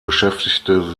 beschäftigte